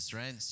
right